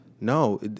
No